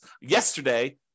yesterday